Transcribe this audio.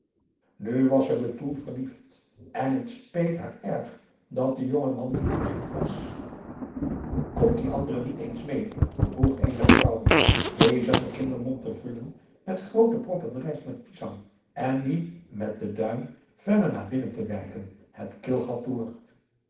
nu was ze betoel verliefd en het speet haar erg dat de jonge man niet present was komt die andere niet eens mee vroeg een der vrouwen bezig een kindermond te vullen met groote proppen rijst met pisang en die met den duim verder naar binnen te werken het keelgat door